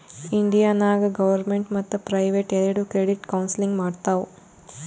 India ನಾಗ್ government ಮತ್ತ private ಎರೆಡು ಕ್ರೆಡಿಟ್ ಕೌನ್ಸಲಿಂಗ್ ಮಾಡ್ತಾವ್